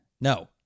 No